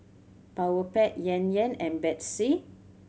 Powerpac Yan Yan and Betsy